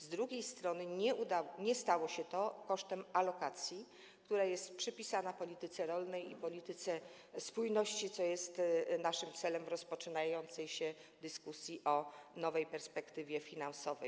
Z drugiej strony nie stało się to kosztem alokacji, która jest przypisana polityce rolnej i polityce spójności, co jest naszym celem w rozpoczynającej się dyskusji o nowej perspektywie finansowej.